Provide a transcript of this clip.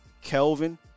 Kelvin